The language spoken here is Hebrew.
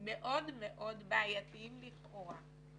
מאוד מאוד בעייתיים לכאורה,